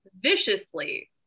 viciously